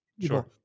sure